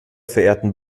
verehrten